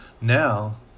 Now